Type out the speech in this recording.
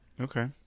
Okay